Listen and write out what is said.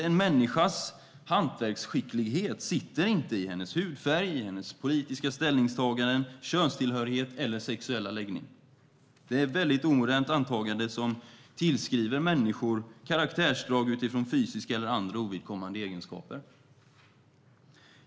En människas hantverksskicklighet sitter inte i hennes hudfärg, politiska ställningstaganden, könstillhörighet eller sexuella läggning. Det är ett väldigt omodernt antagande som tillskriver människor karaktärsdrag utifrån fysiska eller andra ovidkommande egenskaper.